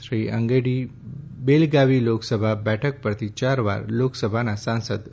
શ્રી અંગડી બેલગાવી લોકસભા બેઠક પરથી ચાર વાર લોકસભાના સાંસદ રહ્યા હતા